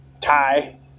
tie